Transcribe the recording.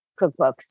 cookbooks